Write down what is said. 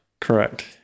Correct